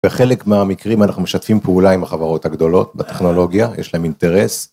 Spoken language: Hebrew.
בחלק מהמקרים אנחנו משתפים פעולה עם החברות הגדולות בטכנולוגיה, יש להן אינטרס.